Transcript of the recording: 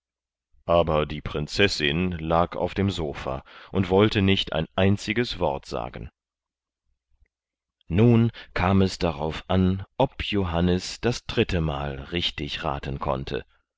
aber die prinzessin lag auf dem sopha und wollte nicht ein einziges wort sagen nun kam es darauf an ob johannes das dritte mal richtig raten konnte